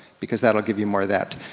because that'll give you more of that.